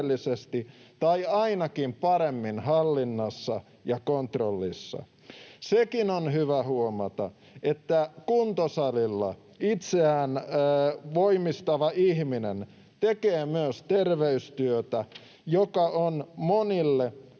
tai ainakin paremmin hallinnassa ja kontrollissa. Sekin on hyvä huomata, että kuntosalilla itseään voimistava ihminen tekee myös terveystyötä, joka on monille